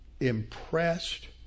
impressed